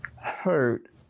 hurt